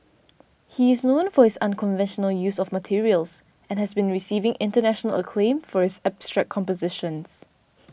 he is known for his unconventional use of materials and has been receiving international acclaim for his abstract compositions